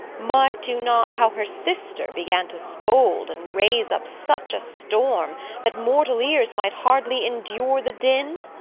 mark'd you not how her sister began to scold and raise up such a storm that mortal ears might hardly endure the din?